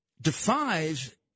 defies